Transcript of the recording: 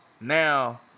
now